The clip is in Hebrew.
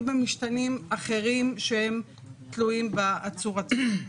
במשתנים אחרים שהם תלויים בעצור עצמו.